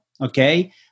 okay